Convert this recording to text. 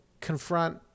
confront